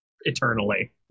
eternally